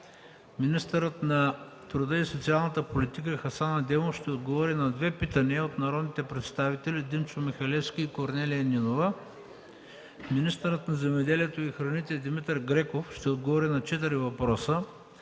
Министърът на труда и социалната политика Хасан Адемов ще отговори на две питания от народните представители Димчо Михалевски и Корнелия Нинова. Министърът на земеделието и храните Димитър Греков ще отговори на четири въпроса